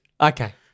Okay